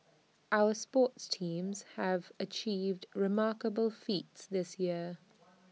our sports teams have achieved remarkable feats this year